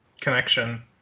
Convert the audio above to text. connection